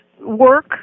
work